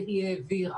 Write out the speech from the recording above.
והיא העבירה.